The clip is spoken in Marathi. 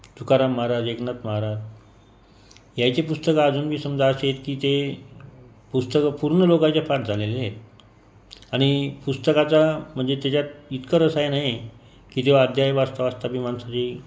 तुकाराम महाराज एकनाथ महाराज यांची पुस्तकं अजूनबी समजा अशी आहेत की ते पुस्तकं पूर्ण लोकांचे पाठ झालेले आहेत आणि पुस्तकाचा म्हणजे त्याच्यात इतकं रसायन आहे की ते अध्याय वाचता वाचताबी माणसाची